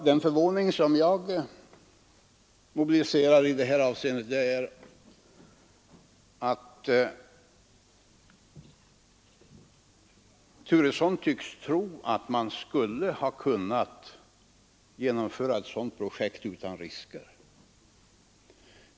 Det förvånar mig att herr Turesson tycks tro att man skulle ha kunnat genomföra ett sådant projekt utan risker.